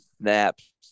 snaps